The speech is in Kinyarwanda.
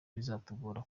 bizatugora